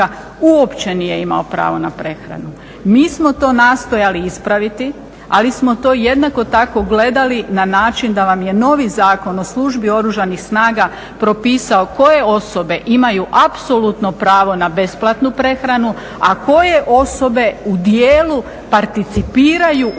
uopće nije imao pravo na prehranu. Mi smo to nastojali ispraviti, ali smo to jednako tako gledali na način da vam je novi Zakon o službi u Oružanim snagama propisao koje osobe imaju apsolutno pravo na besplatnu prehranu, a koje osobe u dijelu participiraju u